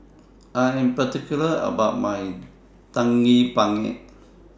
I Am particular about My Daging Penyet